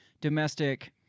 domestic